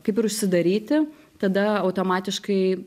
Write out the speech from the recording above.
kaip ir užsidaryti tada automatiškai